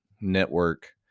network